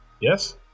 Yes